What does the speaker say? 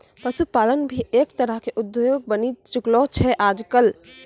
पशुपालन भी एक तरह के उद्योग बनी चुकलो छै आजकल